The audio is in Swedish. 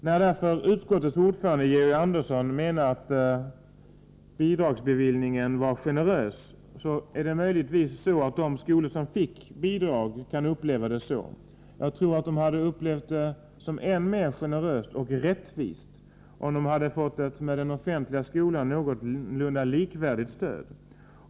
När utskottets ordförande, Georg Andersson, menar att bidragsbeviljningen var generös kan möjligtvis de skolor som fick bidrag uppleva det så, men jag tror att de hade upplevt det som än mer generöst och rättvist, om de hade fått ett med den offentliga skolans någorlunda likvärdigt stöd.